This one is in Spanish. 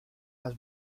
las